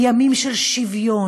בימים של שוויון,